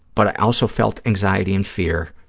but i also felt anxiety and fear,